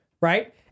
right